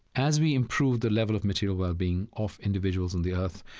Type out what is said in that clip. as we improve the level of material well-being of individuals on the earth,